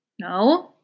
no